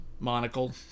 Monocle